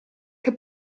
che